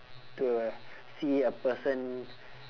to see a person